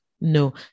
no